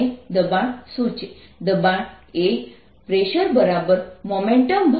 દબાણ એ pressuremomentumarea×time છે અથવા મોમેન્ટમ પ્રવાહ છે